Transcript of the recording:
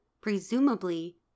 presumably